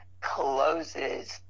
closes